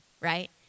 right